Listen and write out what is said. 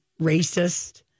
racist